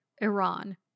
Iran